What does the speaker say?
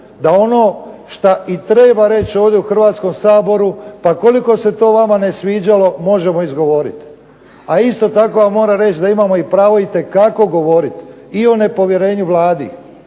da ono što i treba reći ovdje u Hrvatskom saboru, pa koliko se to vama ne sviđalo možemo izgovoriti. A isto tako vam moram reći da imamo pravo itekako govoriti i o nepovjerenju Vladi,